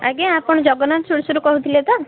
ଆଜ୍ଞା ଆପଣ ଜଗନ୍ନାଥ ସୁଇଟ୍ସରୁ କହୁଥିଲେ ତ